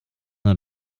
nur